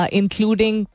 including